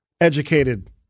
educated